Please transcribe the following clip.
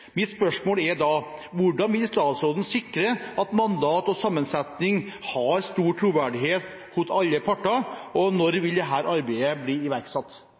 Mitt spørsmål er da: Hvordan vil statsråden sikre at mandat og sammensetning har stor troverdighet hos alle parter, og når blir dette arbeidet iverksatt?